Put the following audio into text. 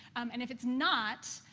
and if it's not,